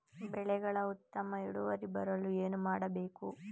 ಬೆಳೆಗಳ ಉತ್ತಮ ಇಳುವರಿ ಬರಲು ಏನು ಮಾಡಬೇಕು?